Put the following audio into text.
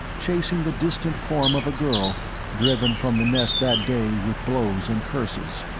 chasing the distant form of a girl driven from the nest that day with blows and curses.